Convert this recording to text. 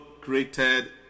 created